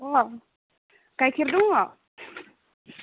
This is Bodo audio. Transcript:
अ गाइखेर दङ